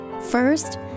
First